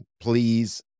please